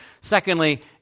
secondly